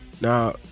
Now